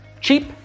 cheap